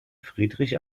friedrich